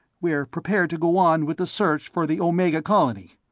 we're prepared to go on with the search for the omega colony.